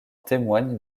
témoignent